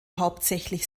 hauptsächlich